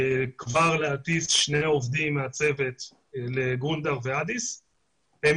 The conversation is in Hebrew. להטיס שני עובדים מהצוות לגונדר ואדיס והם